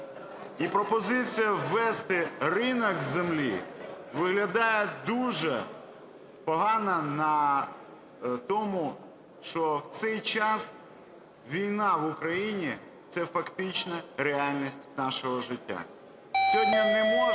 І пропозиція ввести ринок землі виглядає дуже погано на тому, що в цей час війна в Україні, це фактично реальність нашого життя.